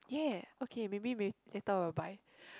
ya okay maybe maybe later I will buy